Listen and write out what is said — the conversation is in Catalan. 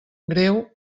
greu